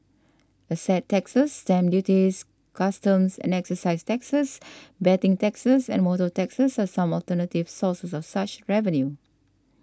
asset taxes stamp duties customs and excise taxes betting taxes and motor taxes are some alternative sources of such revenue